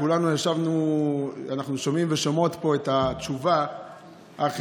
אנחנו שומעים ושומעות פה את התשובה אך